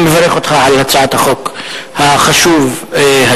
אני מברך אותך על הצעתו של החוק החשוב הזה.